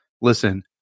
Listen